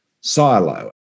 silo